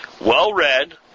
well-read